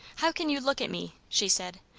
how can you look at me? she said.